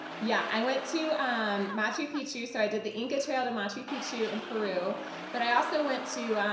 yeah i went to um machu picchu. so i did the inca trail to machu picchu in peru but i also went to,